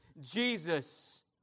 Jesus